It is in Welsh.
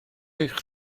eich